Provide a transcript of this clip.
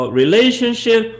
relationship